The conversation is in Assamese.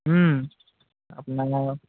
আপোনাৰ